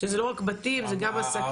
שזה לא רק בתים זה גם עסקים.